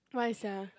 why sia